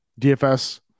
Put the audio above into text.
DFS